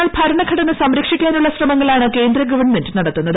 എന്നാൽ ഭരണഘടന സംരക്ഷിക്ക്ട്ന്റുള്ള ശ്രമങ്ങളാണ് കേന്ദ്ര ഗവൺമെന്റ് നടത്തുന്നത്